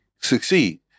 succeed